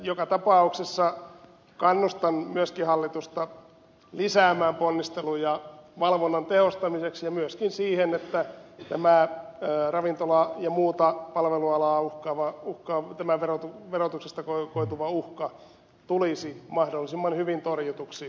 joka tapauksessa kannustan myöskin hallitusta lisäämään ponnisteluja valvonnan tehostamiseksi ja myöskin siihen että tämä ravintola ja muuta palvelualaa vai kuka on muulle palvelualalle verotuksesta koituva uhka tulisi mahdollisimman hyvin torjutuksi